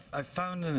i found